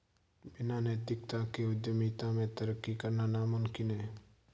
बिना नैतिकता के उद्यमिता में तरक्की करना नामुमकिन है